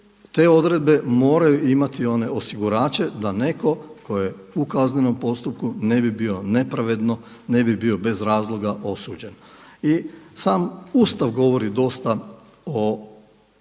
te odredbe moraju imati one osigurače da neko tko je u kaznenom postupku ne bi bio nepravedno, ne bi bio bez razloga osuđen. I sam Ustav govori dosta o